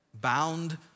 bound